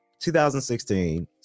2016